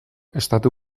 estatu